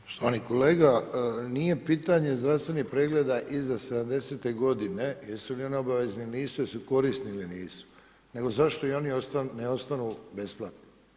Poštovani kolega, nije pitanje zdravstvenih pregleda iza 70-te godine jesu li oni obavezni ili nisu, jesu li korisni ili nisu, nego zašto i oni ne ostanu besplatni.